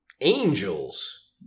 angels